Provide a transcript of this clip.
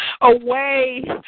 away